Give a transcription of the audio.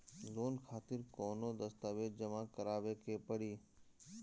Loan खातिर कौनो दस्तावेज जमा करावे के पड़ी?